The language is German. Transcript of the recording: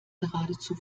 geradezu